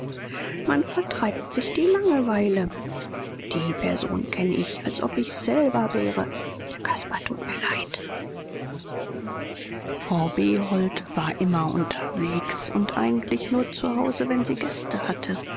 man vertreibt sich die langeweile die person kenn ich als ob ich's selber wäre der caspar tut mir leid frau behold war immer unterwegs und eigentlich nur zu hause wenn sie gäste hatte